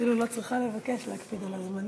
אני אפילו לא צריכה לבקש להקפיד על הזמנים,